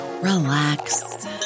relax